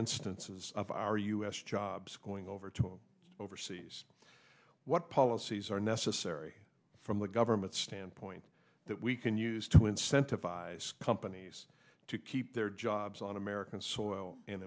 instances of our u s jobs going over to overseas what policies are necessary from the government standpoint that we can use to incentivize companies to keep their jobs on american soil